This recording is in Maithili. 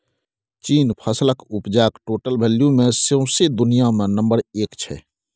चीन फसलक उपजाक टोटल वैल्यू मे सौंसे दुनियाँ मे नंबर एक छै